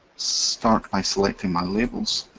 start by selecting my labels.